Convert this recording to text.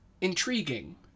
intriguing